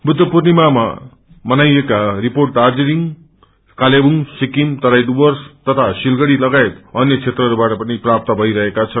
बुद्ध पूर्णिमा मनाइएका रिपोअ दार्जीलिङ कालेबुङ सिकिम तराई डुर्वस तथा सिलगढ़ी लगायत अन्य क्षेत्रहरूबाट पनि प्राप्त भइरहेका छन्